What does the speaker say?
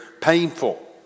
painful